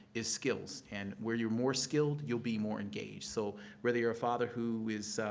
is skills. and where you're more skilled, you'll be more engaged. so whether you're a father who is,